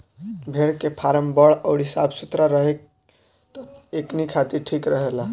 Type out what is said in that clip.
भेड़ के फार्म बड़ अउरी साफ सुथरा रहे त एकनी खातिर ठीक रहेला